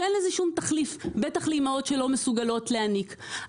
שאין לזה שום תחליף בטח לאימהות שלא מסוגלות להניק.